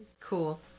cool